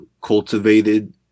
cultivated